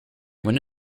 when